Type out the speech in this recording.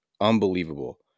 unbelievable